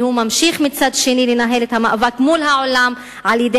והוא ממשיך מצד שני לנהל את המאבק מול העולם על-ידי